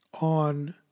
on